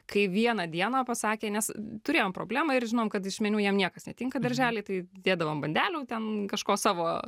kai vieną dieną pasakė nes turėjom problemą ir žinom kad iš meniu jam niekas netinka daržely tai dėdavom bandelių ten kažko savo